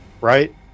right